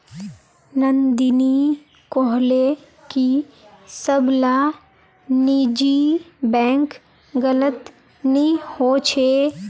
नंदिनी कोहले की सब ला निजी बैंक गलत नि होछे